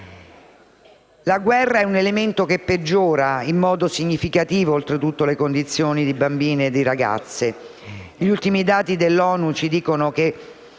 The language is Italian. La guerra è un elemento che peggiora in modo significativo le condizioni delle bambine e delle ragazze. Gli ultimi dati dell'ONU dimostrano che